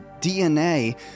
DNA